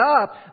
up